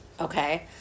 okay